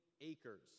acres